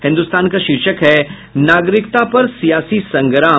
हिन्दुस्तान का शीर्षक है नागरिकता पर सियासी संग्राम